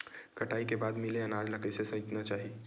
कटाई के बाद मिले अनाज ला कइसे संइतना चाही?